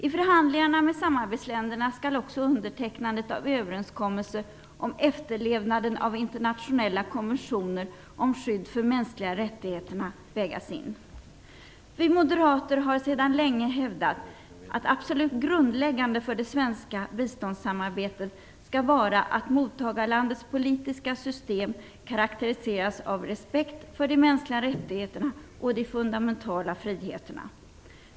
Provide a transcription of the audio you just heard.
I förhandlingarna med samarbetsländerna skall också undertecknandet av överenskommelser om efterlevnaden av internationella konventioner om skydd för mänskliga rättigheterna vägas in. Vi moderater har sedan länge hävdat, att absolut grundläggande för det svenska biståndssamarbetet skall vara att mottagarlandets politiska system karaktäriseras av respekt för de mänskliga rättigheterna och de fundamentala friheterna.